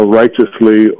righteously